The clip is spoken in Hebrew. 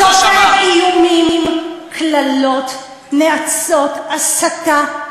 שסופג איומים, קללות, נאצות, הסתה.